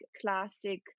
classic